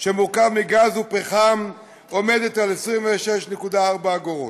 שמורכב מגז ופחם עומדת על 26.4 אגורות.